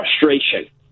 frustration